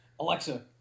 Alexa